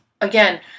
again